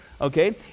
okay